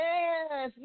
Yes